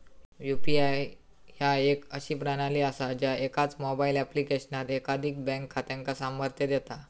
UPI ह्या एक अशी प्रणाली असा ज्या एकाच मोबाईल ऍप्लिकेशनात एकाधिक बँक खात्यांका सामर्थ्य देता